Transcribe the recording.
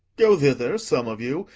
go thither, some of you,